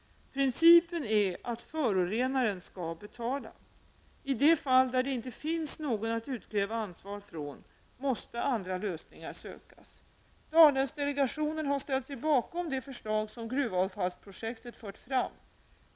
Principen är att förorenaren skall betala. I de fall där det inte finns någon att utkräva ansvar från måste andra lösningar sökas. Dalälvsdelegationen har ställt sig bakom de förslag som gruvavfallsprojektet fört fram.